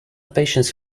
patients